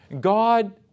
God